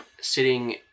sitting